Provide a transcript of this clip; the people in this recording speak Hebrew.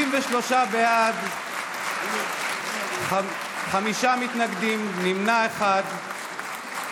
63 בעד, חמישה מתנגדים, נמנע אחד.